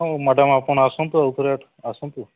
ହଁ ମ୍ୟାଡ଼ାମ୍ ଆପଣ ଆସନ୍ତୁ ଆଉଥରେ ଆସନ୍ତୁ